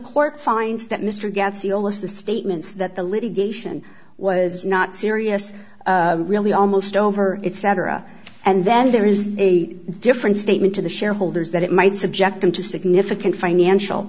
court finds that mr gansey oliseh statements that the litigation was not serious really almost over its cetera and then there is a different statement to the shareholders that it might subject them to significant financial